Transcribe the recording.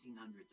1800s